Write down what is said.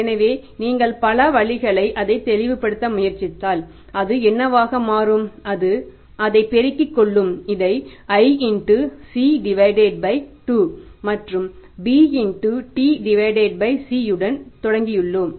எனவே நீங்கள் பல வழிகளைத் அதை தெளிவுபடுத்த முயற்சித்தால் அது என்னவாக மாறும் அது அதைப் பெருக்கிக் கொள்ளும் இதை i C 2 மற்றும் b T C உடன் தொடங்கியுள்ளோம்